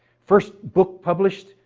first book published,